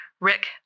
Rick